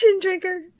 drinker